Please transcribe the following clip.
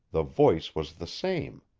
the voice was the same.